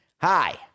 Hi